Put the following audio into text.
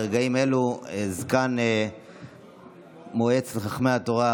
ברגעים אלו זקן מועצת חכמי התורה,